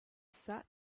sat